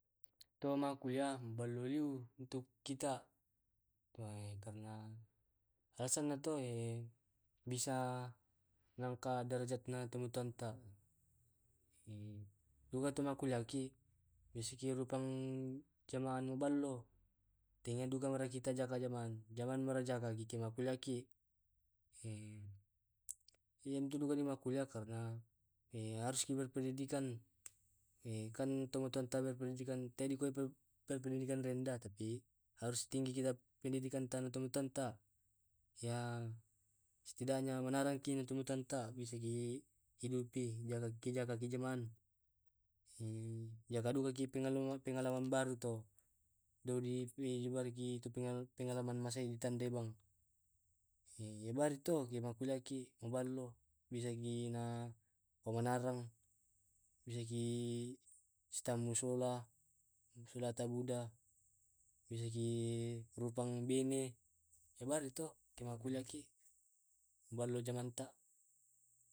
To makkulliah baloyu untuk kita karena alasanna to bisa nangkat derajatna tomatuanta. Duka to ku makkulliah ki, biasa ki rupang ke manu ballo, tenga duka marajatika jamang janamarajaki kiki makuliah ki iyaki dukaki makkulliah karena harus ki berpendidikan. Kan tomatoanta tea berpendidikan tena ko pie berpendidikan di rendah tapi harus tinggi kita pendidikan tan tomatoanta ya setidaknya manarangki tomatoanta bisaki hidupi jagaki ke jagaki jaman jaka dukaki pengalaman pengalaman baru to, do duki pariki itu itu pengalaman pengalaman masei tu kande bang, iyabari to ku makkulliah ki maballo, bisaki na pomanareng, bisaki sitammu sola, sulata buda, bisaki rupang bene, hebari to kemakkulliah ki maballo jaman ta.